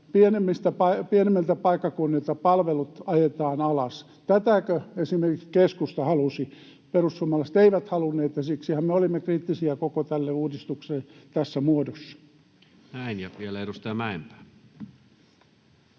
pienemmiltä paikkakunnilta palvelut ajetaan alas. Tätäkö esimerkiksi keskusta halusi? Perussuomalaiset eivät halunneet, ja siksihän me olimme kriittisiä koko tälle uudistukselle tässä muodossa. [Speech 113] Speaker: